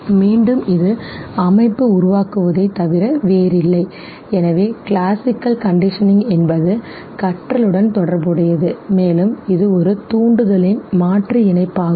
மீண்டும் இது அமைப்பு உருவாக்குவதைத் தவிர வேறில்லை எனவே கிளாசிக்கல் கண்டிஷனிங் என்பது கற்றலுடன் தொடர்புடையது மேலும் இது ஒரு தூண்டுதலின் மாற்று இணைப்பாகும்